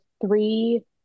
three